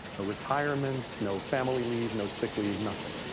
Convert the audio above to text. retirement, no family leave, no sick leave, nothing.